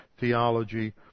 theology